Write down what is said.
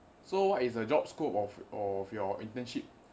so what is the job scope of of your internship